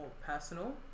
personal